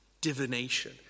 divination